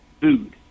food